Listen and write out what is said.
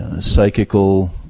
psychical